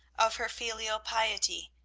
of her filial piety,